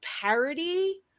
parody